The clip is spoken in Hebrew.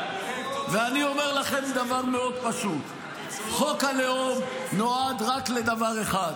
ואני אומר לכם דבר מאוד פשוט: חוק הלאום נועד רק לדבר אחד.